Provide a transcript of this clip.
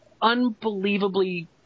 unbelievably